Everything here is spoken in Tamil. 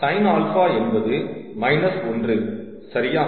ஆகையால் sin α என்பது மைனஸ் 1 சரியா